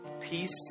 Peace